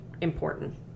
important